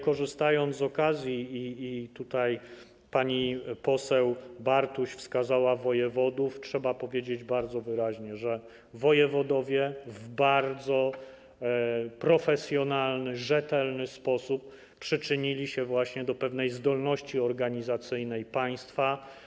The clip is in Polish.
Korzystając z okazji - pani poseł Bartuś wskazała wojewodów - trzeba też powiedzieć bardzo wyraźnie, że wojewodowie w bardzo profesjonalny, rzetelny sposób przyczynili się właśnie do pewnej zdolności organizacyjnej państwa.